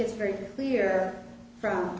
it's very clear from